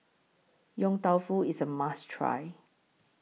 Yong Tau Foo IS A must Try